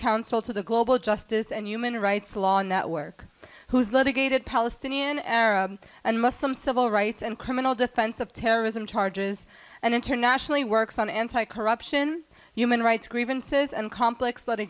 counsel to the global justice and human rights lawyer network whose litigated palestinian arab and muslim civil rights and criminal defense of terrorism charges and internationally works on anti corruption human rights grievances and complex l